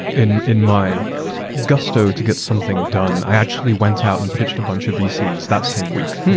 in in my gusto to get something done, i actually went out and pitched a bunched of vcs that same week.